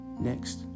Next